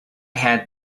had